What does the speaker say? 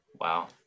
Wow